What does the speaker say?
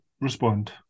respond